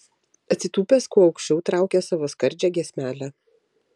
atsitūpęs kuo aukščiau traukia savo skardžią giesmelę